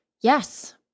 Yes